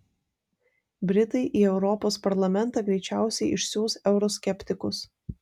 britai į europos parlamentą greičiausiai išsiųs euroskeptikus